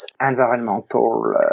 environmental